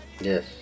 Yes